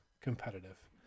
competitive